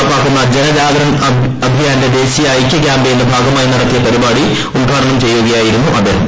നടപ്പാക്കുന്ന ജനജാഗരൻ അഭിയാന്റെ ദേശിയ ഐക്യ കാമ്പയിന്റെ ഭാഗമായി നടത്തിയ പരിപാടി ഉദ്ഘാടനം ചെയ്യുകയായിരുന്നു അദ്ദേഹം